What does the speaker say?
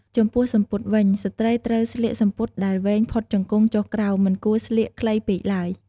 ចំពោះសំពត់វិញ ស្រ្តីត្រូវស្លៀកសំពត់ដែលវែងផុតជង្គង់ចុះក្រោម មិនគួរស្លៀកខ្លីពេកទ្បើយ។